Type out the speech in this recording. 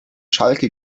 schalke